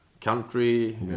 country